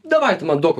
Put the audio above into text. davaj tu man duok